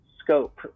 scope